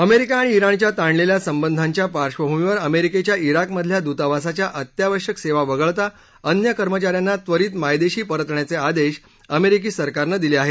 America आणि ्ञाणच्या ताणलेल्या संबंधाच्या पार्श्वभूमीवर अमेरिकेच्या ्ञाक मधील दूतावासाच्या अत्यावश्यक सेवा वगळता अन्य कर्मचाऱ्यांना त्वरीत मायदेशी परतण्याचे आदेश अमेरिकी सरकार नं दिले आहेत